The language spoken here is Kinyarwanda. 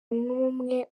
n’umwe